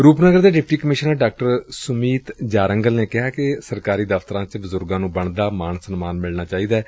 ਰੁਪ ਨਗਰ ਦੇ deputy commissioner Dr Sumeet Jarangal ਨੇ ਕਿਹਾ ਕਿ ਸਰਕਾਰੀ ਦਫਤਰਾਂ ਚ ਬਜੁਰਗਾਂ ਨੂੰ ਬਣਦਾ ਮਾਣ ਸਨਮਾਨ ਮਿਲਣਾ ਚਾਹੀਦੈ